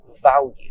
value